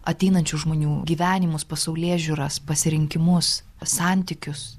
ateinančių žmonių gyvenimus pasaulėžiūras pasirinkimus santykius